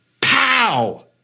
pow